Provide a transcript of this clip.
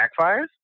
backfires